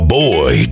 boy